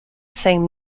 same